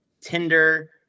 Tinder